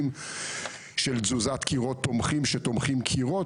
עקב תזוזת קירות תומכים שתומכים קירות.